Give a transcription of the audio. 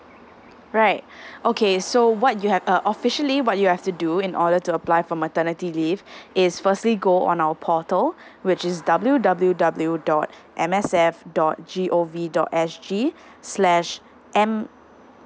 right okay so what you have uh officially what you have to do in order to apply for maternity leave is firstly go on our portal which is W_W_W dot M S F dot G_O_V dot S_G slash M